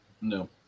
No